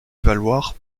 valoir